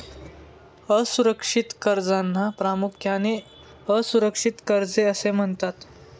असुरक्षित कर्जांना प्रामुख्याने असुरक्षित कर्जे असे म्हणतात